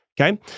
Okay